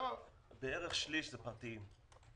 בערך שליש זה פרטיים.